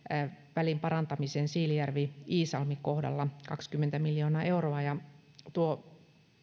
välin parantamiseen siilinjärvi iisalmi kohdalla kaksikymmentä miljoonaa euroa tuo